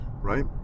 Right